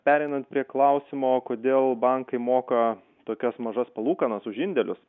pereinant prie klausimo kodėl bankai moka tokias mažas palūkanas už indėlius